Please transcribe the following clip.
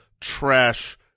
trash